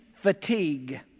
fatigue